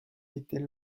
était